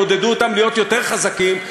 יעודדו אותם להיות יותר חזקים,